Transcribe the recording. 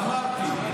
אמרתי,